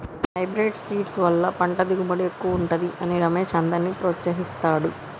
hybrid seeds వల్ల పంట దిగుబడి ఎక్కువుంటది అని రమేష్ అందర్నీ ప్రోత్సహిస్తాడు